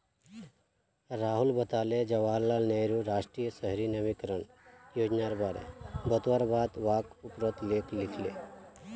राहुल बताले जवाहर लाल नेहरूर राष्ट्रीय शहरी नवीकरण योजनार बारे बतवार बाद वाक उपरोत लेख लिखले